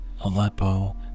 Aleppo